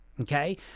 okay